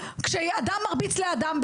כשאדם מרביץ לאדם,